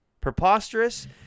Preposterous